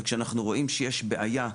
שיש בעיה,